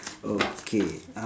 okay